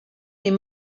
les